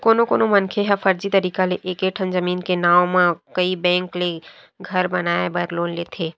कोनो कोनो मनखे ह फरजी तरीका ले एके ठन जमीन के नांव म कइ बेंक ले घर बनाए बर लोन लेथे